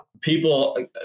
people